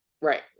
Right